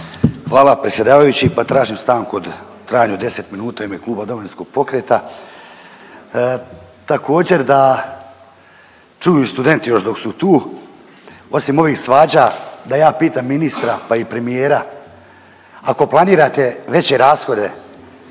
Hvala predsjedavajući. Pa tražim stanku u trajanju od 10 minuta u ime kluba Domovinskog pokreta. Također da čuju studenti još dok su tu. Osim ovih svađa da ja pitam ministra, pa i premijera ako planirate veće rashode